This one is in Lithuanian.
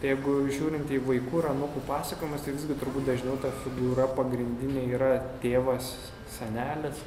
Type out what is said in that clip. jeigu žiūrint į vaikų ir anūkų pasakojimus tai visgi turbūt dažniau ta figūra pagrindinė yra tėvas senelis